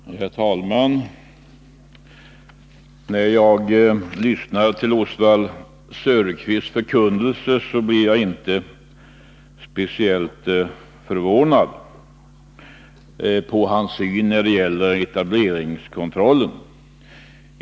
Herr talman! När jag lyssnade till Oswald Söderqvists förkunnelse blev jag inte speciellt förvånad över hans syn på etableringskontrollen.